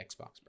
xbox